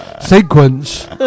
Sequence